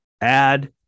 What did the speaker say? add